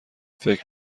فکر